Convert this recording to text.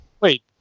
wait